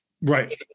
Right